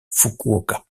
fukuoka